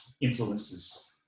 influences